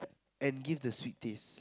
and give the sweet taste